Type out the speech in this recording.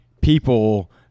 people